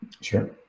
Sure